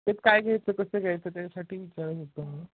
तेच काय घ्यायचं कसं घ्यायचं त्याच्यासाठी विचारू शकतो मी